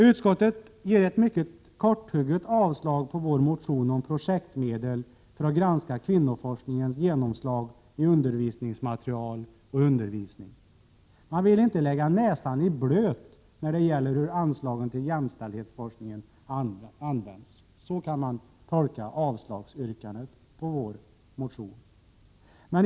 Utskottet ger ett mycket korthugget avslag på vår motion om projektmedel för att granska kvinnoforskningens genomslag i undervisningsmaterial och undervisning. Man vill inte lägga näsan i blöt när det gäller hur anslagen till jämställdhetsforskning används. Så kan man åtminstone tolka yrkandet om avslag på vår motion.